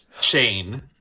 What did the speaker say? Shane